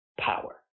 power